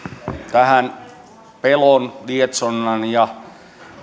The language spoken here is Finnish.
tähän pelon lietsonnan ja